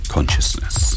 Consciousness